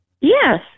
yes